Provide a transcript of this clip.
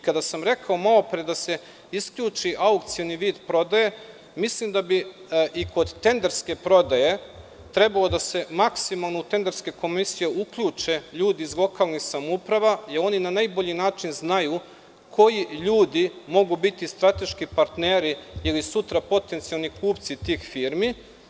Kada sam rekao malopre da se isključi aukcioni vid prodaje, mislim da bi i kod tenderske prodaje trebalo maksimalno u tenderske komisije da se uključe ljudi iz lokalnih samouprava, jer oni na najbolji način znaju koji ljudi mogu biti strateški partneri ili sutra potencijalni kupci tih firmi.